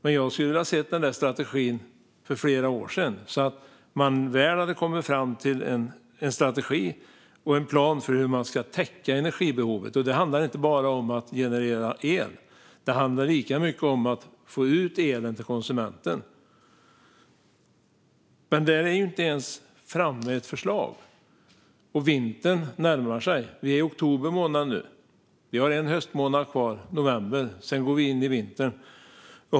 Men jag hade velat se den strategin för flera år sedan, att man hade kommit fram till en strategi och en plan för hur man ska täcka energibehovet. Det handlar inte bara om att generera el. Det handlar lika mycket om att få ut elen till konsumenten. Men där är man inte ens framme vid ett förslag, och vintern närmar sig. Vi är nu i oktober månad. Vi har en höstmånad, november, kvar. Sedan går vi in i vintern.